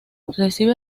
recibe